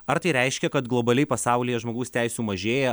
ar tai reiškia kad globaliai pasaulyje žmogaus teisių mažėja